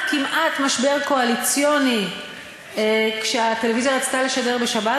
כמעט כמעט משבר קואליציוני כשהטלוויזיה רצתה לשדר בשבת.